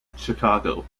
chicago